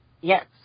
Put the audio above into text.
Yes